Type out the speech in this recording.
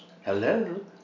Hello